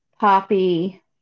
poppy